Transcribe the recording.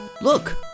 Look